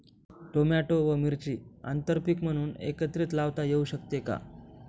Tomato व मिरची आंतरपीक म्हणून एकत्रित लावता येऊ शकते का?